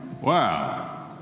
Wow